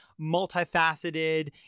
multifaceted